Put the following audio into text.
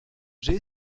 j’ai